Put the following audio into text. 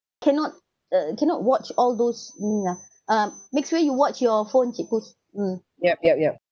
cannot uh cannot watch all those mean ah um make sure you watch your phone cik kuz mm